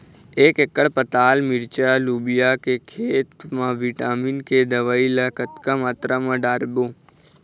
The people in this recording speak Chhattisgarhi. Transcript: एक एकड़ पताल मिरचा लोबिया के खेत मा विटामिन के दवई ला कतक मात्रा म डारबो?